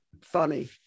funny